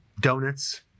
donuts